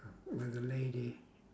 well a lady